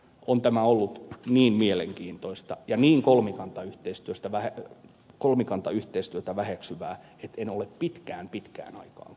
on tämä ollut niin mielenkiintoista ja niin kolmikantayhteistyötä väheksyvää että en ole pitkään pitkään aikaan kuullut